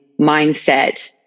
mindset